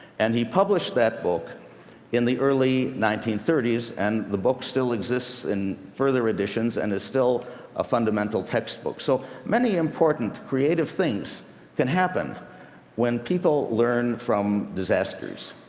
and he published that book in the early nineteen thirty s, and the book still exists in further editions and is still a fundamental textbook. so many important creative things can happen when people learn from disasters.